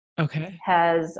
Okay